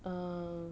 um